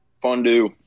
Fondue